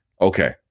Okay